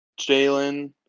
Jalen